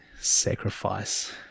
sacrifice